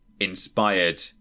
Inspired